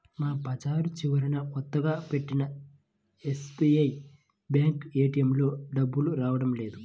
మా బజారు చివరన కొత్తగా పెట్టిన ఎస్బీఐ బ్యేంకు ఏటీఎంలో డబ్బులు రావడం లేదు